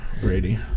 Brady